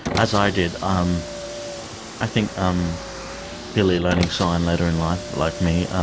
as i did. um i think um billy learning sign later in life like me,